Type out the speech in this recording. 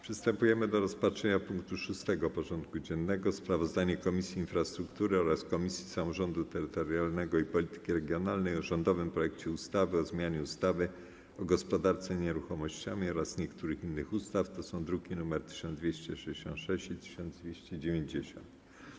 Przystępujemy do rozpatrzenia punktu 6. porządku dziennego: Sprawozdanie Komisji Infrastruktury oraz Komisji Samorządu Terytorialnego i Polityki Regionalnej o rządowym projekcie ustawy o zmianie ustawy o gospodarce nieruchomościami oraz niektórych innych ustaw (druki nr 1266 i 1290)